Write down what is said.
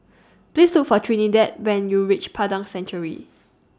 Please Look For Trinidad when YOU REACH Padang Chancery